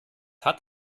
hat